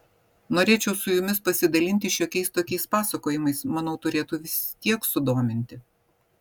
norėčiau su jumis pasidalinti šiokiais tokiais pasakojimais manau turėtų vis tiek sudominti